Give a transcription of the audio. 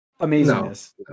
amazingness